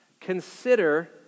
consider